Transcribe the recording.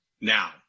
now